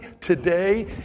today